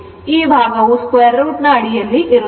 ಈ ಭಾಗವು √ ಅಡಿಯಲ್ಲಿ ಇರುತ್ತದೆ